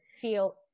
feel